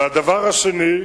והדבר השני,